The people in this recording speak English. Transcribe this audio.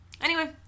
Anyway-